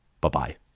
Bye-bye